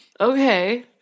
okay